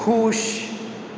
ਖੁਸ਼